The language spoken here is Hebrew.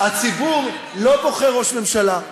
הציבור לא בוחר ראש ממשלה,